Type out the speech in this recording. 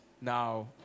now